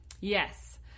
Yes